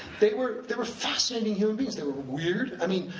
they were they were fascinating human beings, they were weird, i mean,